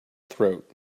throat